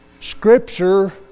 Scripture